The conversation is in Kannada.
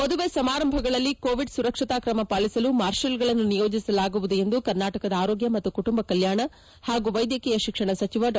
ಮದುವೆ ಸಮಾರಂಭಗಳಲ್ಲಿ ಕೋವಿಡ್ ಸುರಕ್ಷತಾ ಕ್ರಮ ಪಾಲಿಸಲು ಮಾರ್ಷಲ್ಗಳನ್ನು ನಿಯೋಜಿಸಲಾಗುವುದು ಎಂದು ಕರ್ನಾಟಕದ ಆರೋಗ್ಯ ಮತ್ತು ಕುಟುಂಬ ಕಲ್ಜಾಣ ಹಾಗೂ ವೈದ್ಯಕೀಯ ಶಿಕ್ಷಣ ಸಚಿವ ಡಾ